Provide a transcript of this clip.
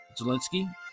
Zelensky